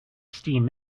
steam